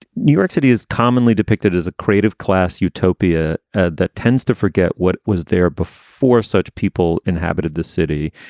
new york city is commonly depicted as a creative class utopia ah that tends to forget what was there before such people inhabit the city.